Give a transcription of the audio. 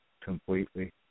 completely